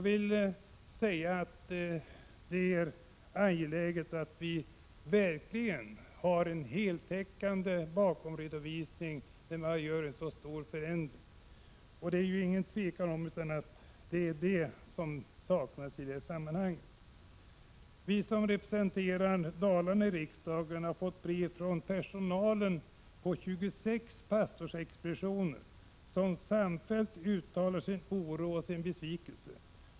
Det är angeläget att vi verkligen har en heltäckande bakomredovisning när man genomför en så stor förändring, och det är inget tvivel om att det saknas i detta sammanhang. Vi som representerar Dalarna i riksdagen har fått brev från personalen på 26 pastorsexpeditioner som samfällt uttalar sin oro och besvikelse.